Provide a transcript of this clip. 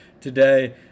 today